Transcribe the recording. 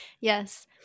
Yes